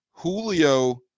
Julio